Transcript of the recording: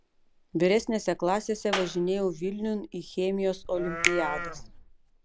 vyresnėse klasėse važinėjau vilniun į chemijos olimpiadas